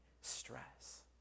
stress